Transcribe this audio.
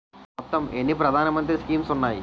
మొత్తం ఎన్ని ప్రధాన మంత్రి స్కీమ్స్ ఉన్నాయి?